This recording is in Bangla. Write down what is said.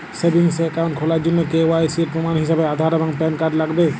সেভিংস একাউন্ট খোলার জন্য কে.ওয়াই.সি এর প্রমাণ হিসেবে আধার এবং প্যান কার্ড লাগবে